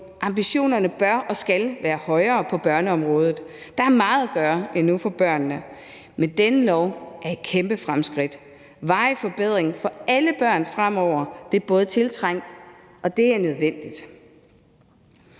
Ambitionerne bør og skal være højere på børneområdet. Der er meget at gøre endnu for børnene, men denne lov er et kæmpe fremskridt. Varig forbedring for alle børn fremover er både tiltrængt og nødvendigt.